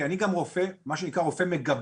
כי אני גם מה שנקרא "רופא מגבה".